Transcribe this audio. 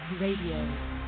Radio